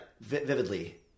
vividly